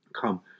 Come